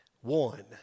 One